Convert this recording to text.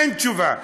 אין תשובה.